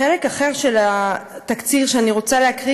חלק אחר של התקציר שאני רוצה להקריא